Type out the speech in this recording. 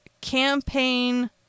campaign